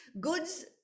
Goods